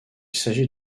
s’agit